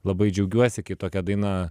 labai džiaugiuosi kitokią dainą